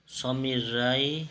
Samir Rai